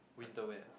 winter wear